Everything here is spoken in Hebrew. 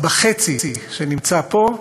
בחצי שנמצא פה,